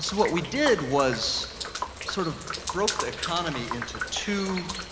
what we did was sort of broke the economy into two